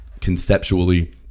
conceptually